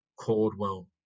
Cordwell